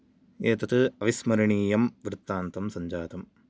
एतत् अविस्मरणीयं वृतान्तं संजातम्